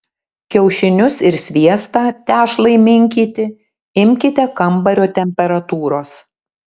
kiaušinius ir sviestą tešlai minkyti imkite kambario temperatūros